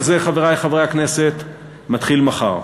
כל זה, חברי חברי הכנסת, מתחיל מחר.